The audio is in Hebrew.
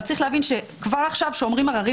אבל צריך להבין שכבר עכשיו כשאומרים עררים